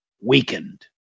weakened